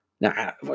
now